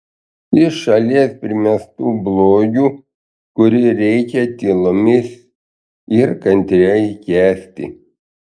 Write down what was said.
iš šalies primestu blogiu kurį reikia tylomis ir kantriai kęsti